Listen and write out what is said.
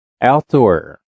OUTDOOR